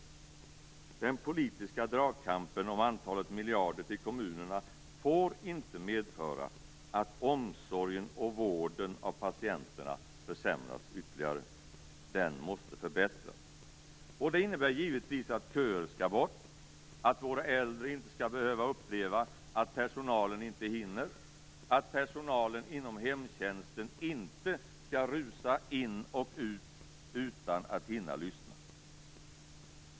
Den politiska dragkampen om antalet miljarder till kommunerna får inte medföra att omsorgen om och vården av patienterna försämras ytterligare. Den måste förbättras! Det innebär givetvis att köer skall bort, att våra äldre inte skall behöva uppleva att personalen inte hinner och att personalen inom hemtjänsten inte skall rusa ut och in utan att hinna lyssna.